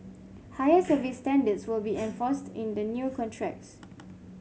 higher service standards will be enforced in the new contracts